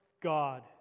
God